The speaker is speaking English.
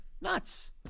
Nuts